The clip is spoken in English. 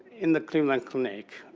in the cleveland clinic,